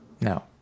No